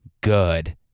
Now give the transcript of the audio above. Good